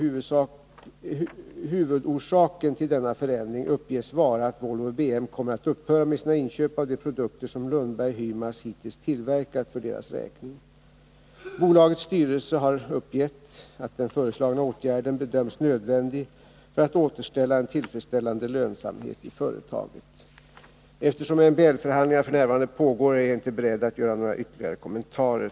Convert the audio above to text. Huvudorsaken till denna förändring uppges vara att Volvo BM kommer att upphöra med sina inköp av de produkter som Lundberg Hymas hittills tillverkat för deras räkning. Bolagets styrelse har uppgett att den föreslagna åtgärden bedöms nödvändig för att återställa en tillfredsställande lönsamhet i företaget. Eftersom MBL-förhandlingar f. n. pågår är jag inte beredd att göra några ytterligare kommentarer.